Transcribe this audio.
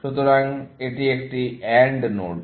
সুতরাং এই একটি AND নোড